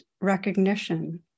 recognition